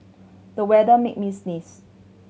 the weather made me sneeze